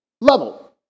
level